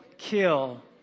Kill